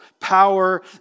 power